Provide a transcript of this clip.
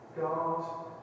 God